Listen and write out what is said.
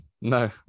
no